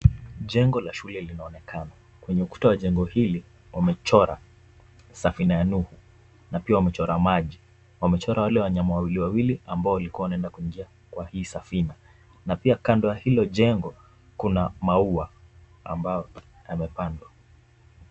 Jengo la shule linaonekana. Kwenye ukuta ya jengo hili wamechora safina ya Nuhu na pia wamechora maji. Wamechora wale wanyama wawili wawili ambao walikuwa wanaenda kuingia kwa hii safina, na pia kando ya hilo jengo kuna maua ambayo yamepandwa.